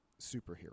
superhero